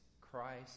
Christ